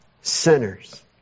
sinners